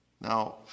Now